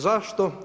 Zašto?